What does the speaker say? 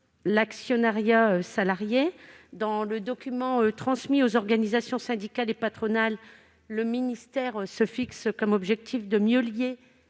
l'actionnariat salarié. Dans le document transmis aux organisations syndicales et patronales, le ministère se fixe comme objectif de mieux lier